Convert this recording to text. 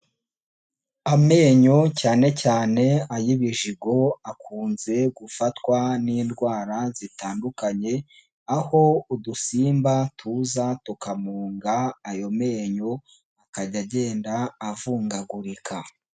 Amenyo cyane cyane ay'ibijigo akunze gufatwa n'indwara zitandukanye, aho udusimba tuza tukamunga ayo menyo akajya agenda avungagurika.